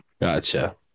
Gotcha